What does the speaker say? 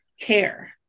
care